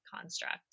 construct